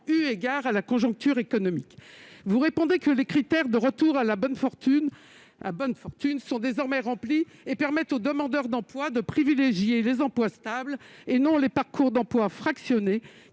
eu égard à la conjoncture économique. Vous répondez que les critères de retour à bonne fortune sont désormais remplis et permettent aux demandeurs d'emploi de privilégier les emplois stables et non les parcours d'emploi fractionnés